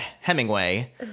Hemingway